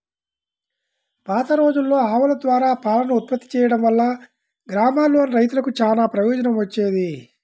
పాతరోజుల్లో ఆవుల ద్వారా పాలను ఉత్పత్తి చేయడం వల్ల గ్రామాల్లోని రైతులకు చానా ప్రయోజనం వచ్చేది